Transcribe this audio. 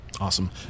awesome